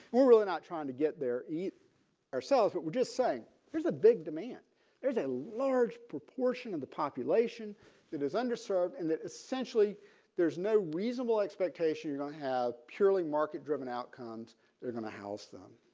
we're really not trying to get there eat ourselves but we're just saying there's a big demand there's a large proportion of the population that is underserved and that essentially there's no reasonable expectation you're gonna have purely market driven outcomes they're going to house them.